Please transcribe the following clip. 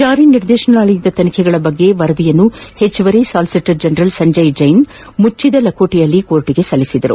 ಜಾರಿ ನಿರ್ದೇತನಾಲಯದ ತನಿಖೆಗಳನ್ನು ಕುರಿತ ವರದಿಯನ್ನು ಹೆಚ್ಚುವರಿ ಸಾಲಿಸಿಟರ್ ಜನರಲ್ ಸಂಜಯ್ ಜೈನ್ ಮುಚ್ಚಿದ ಲಕೋಟೆಯಲ್ಲಿ ನ್ಯಾಯಾಲಯಕ್ಕೆ ಸಲ್ಲಿಸಿದರು